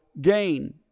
gain